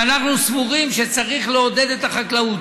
שאנחנו סבורים שצריך לעודד את החקלאות.